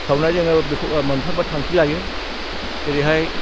सावरायनानै जोङो बेखौ मोनफा मोनफा थांखि लायो जेरैहाय